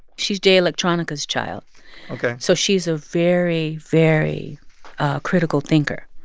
she's jay electronica's child ok so she's a very, very critical thinker.